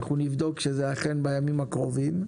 ואנחנו נבדקו שזה אכן בימים הקרובים,